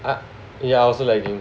ya I also lagging